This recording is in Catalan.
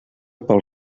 pel